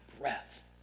breath